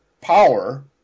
power